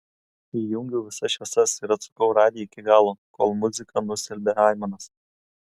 įjungiau visas šviesas ir atsukau radiją iki galo kol muzika nustelbė aimanas